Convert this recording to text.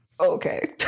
Okay